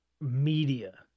media